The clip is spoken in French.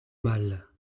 mâle